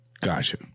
Gotcha